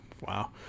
Wow